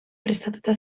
prestatuta